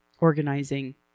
organizing